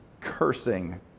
cursing